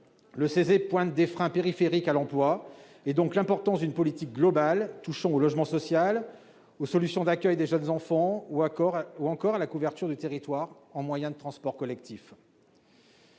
l'existence de freins périphériques à l'emploi. C'est pourquoi il souligne l'importance d'une politique globale touchant au logement social, aux solutions d'accueil des jeunes enfants ou encore à la couverture du territoire en transports collectifs.